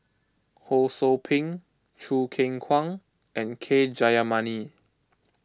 Ho Sou Ping Choo Keng Kwang and K Jayamani